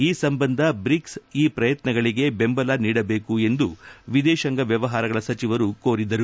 ಈ ಸಂಬಂಧ ಬ್ರಿಕ್ಸ್ ಈ ಪ್ರಯತ್ನಗಳಿಗೆ ಬೆಂಬಲ ನೀಡಬೇಕು ಎಂದು ವಿದೇಶಾಂಗ ವ್ಯವಹಾರಗಳ ಸಚಿವರು ಕೋರಿದರು